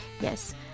Yes